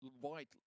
white